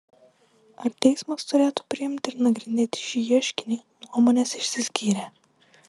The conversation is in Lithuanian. ar teismas turėtų priimti ir nagrinėti šį ieškinį nuomonės išsiskyrė